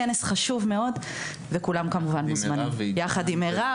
יחד עם מירב,